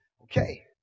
Okay